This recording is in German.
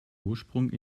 ursprung